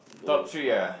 top three ah